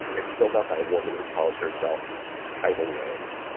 it's filled out by a woman who calls herself tidal wave.